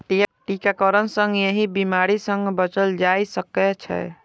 टीकाकरण सं एहि बीमारी सं बचल जा सकै छै